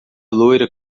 loira